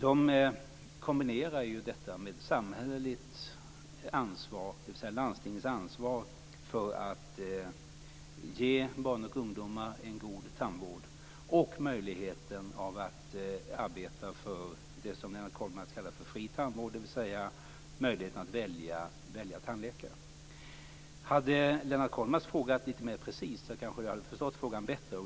De kombinerar detta med samhälleligt ansvar, dvs. landstingens ansvar för att ge barn och ungdomar en god tandvård, och möjligheten att arbeta för det som Lennart Kollmats kallar för fri tandvård, dvs. möjligheten att välja tandläkare. Om Lennart Kollmats hade frågat lite mera precist skulle jag kanske ha förstått frågan bättre.